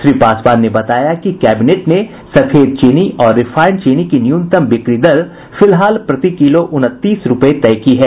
श्री पासवान ने बताया कि कैबिनेट ने सफेद चीनी और रिफाइंड चीनी की न्यूनतम बिक्री दर फिलहाल प्रति किलो उनतीस रुपये तय की है